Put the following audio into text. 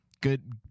good